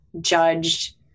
judged